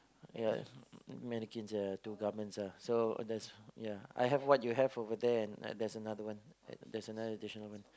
ya mannequins ya two garments ah so there's ya I have what you have over there and there's another one at there's another additional one